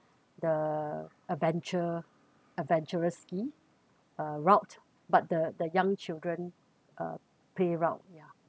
the adventure adventure risky uh route but the the young children uh play route ya